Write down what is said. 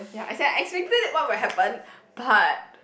ya as in I expected it what will happen but